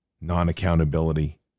non-accountability